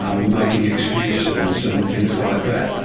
um making excuses and things like that.